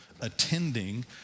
attending